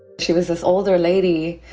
she was this older lady,